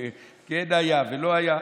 וכן היה ולא היה.